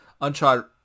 Uncharted